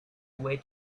way